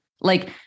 like-